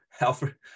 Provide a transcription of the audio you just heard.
Alfred